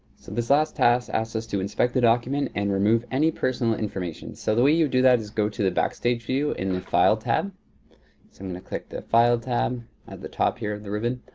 so this last task asks us to inspect the document and remove any personal information. so the way you do that is go to the backstage view in the file tab. so i'm gonna click the file tab at the top here of the ribbon.